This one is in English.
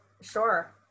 sure